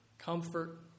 comfort